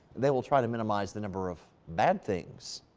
they will try to minimize the number of bad things.